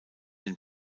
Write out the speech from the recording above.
den